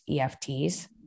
EFTs